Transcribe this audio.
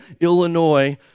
Illinois